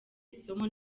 isomo